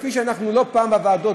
כפי שאנחנו לא פעם בוועדות,